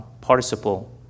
participle